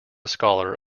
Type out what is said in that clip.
scholar